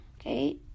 Okay